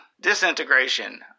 Disintegration